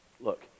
look